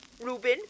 Reuben